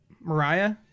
Mariah